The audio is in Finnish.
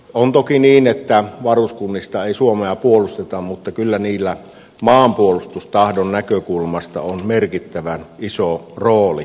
on toki niin että varuskunnista ei suomea puolusteta mutta kyllä niillä maanpuolustustahdon näkökulmasta on merkittävän iso rooli